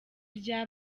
rya